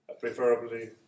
Preferably